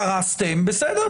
קרסתם, בסדר.